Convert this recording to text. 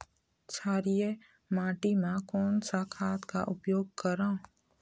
क्षारीय माटी मा कोन सा खाद का उपयोग करों?